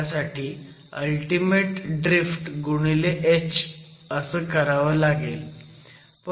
त्यासाठी ultimate drift गुणिले h असं करावं लागेल